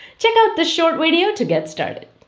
check out the short video to get started.